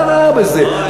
מה הבעיה בזה?